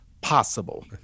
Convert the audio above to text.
possible